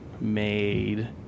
made